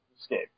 escape